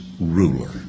ruler